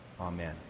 Amen